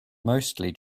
mostly